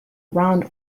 round